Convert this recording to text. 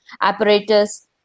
apparatus